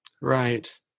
Right